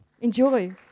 Enjoy